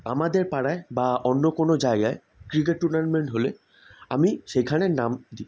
আমাদের পাড়ায় বা অন্য কোনো জায়গায় ক্রিকেট টুর্নামেন্ট হলে আমি সেখানে নাম যে